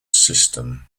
system